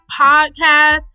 Podcast